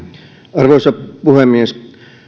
arvoisa puhemies